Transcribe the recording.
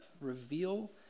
reveal